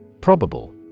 Probable